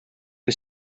que